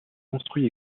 construit